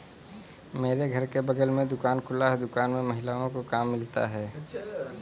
मेरे घर के बगल में दुकान खुला है दुकान में महिलाओं को काम मिलता है